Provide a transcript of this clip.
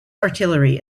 artillery